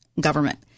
government